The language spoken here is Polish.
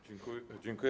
Dziękuję.